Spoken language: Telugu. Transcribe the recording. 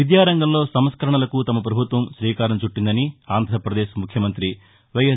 విద్యారంగంలో సంస్కరణలకు తమ ప్రభుత్వం రీకారం చుట్టిందని ఆంధ్రపదేశ్ ముఖ్యమంతి వైఎస్